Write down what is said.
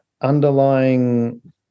underlying